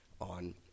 on